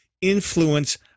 influence